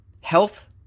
health